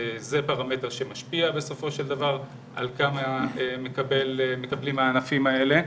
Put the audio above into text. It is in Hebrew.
זה פרמטר שמשפיע בסופו של דבר על כמה מקבלים הענפים האלה.